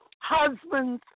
Husbands